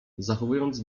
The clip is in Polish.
zachowując